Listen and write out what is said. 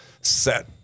set